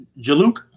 Jaluk